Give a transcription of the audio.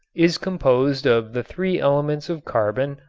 is composed of the three elements of carbon,